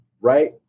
right